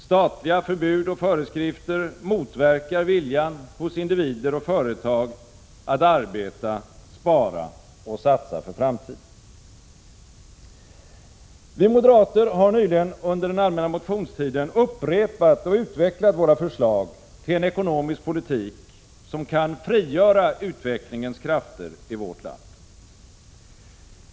Statliga förbud och föreskrifter motverkar viljan hos individer och företag att arbeta, spara och satsa för framtiden. Vi moderater har nyligen under den allmänna motionstiden upprepat och utvecklat våra förslag till en ekonomisk politik, som kan frigöra utvecklingens krafter i vårt land.